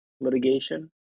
litigation